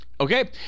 Okay